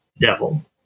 devil